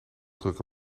drukke